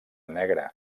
negra